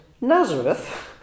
Nazareth